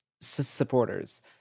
Supporters